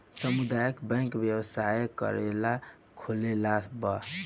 सामुदायक बैंक व्यवसाय करेला खोलाल बा